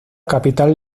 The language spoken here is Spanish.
capital